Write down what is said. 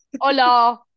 Hola